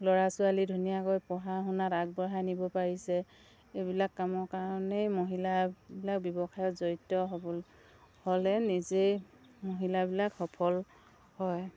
ল'ৰা ছোৱালী ধুনীয়াকৈ পঢ়া শুনাত আগবঢ়াই নিব পাৰিছে এইবিলাক কামৰ কাৰণেই মহিলাবিলাক ব্যৱসায়ত জড়িত হ'বলৈ হ'লে নিজেই মহিলাবিলাক সফল হয়